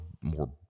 more